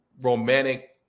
romantic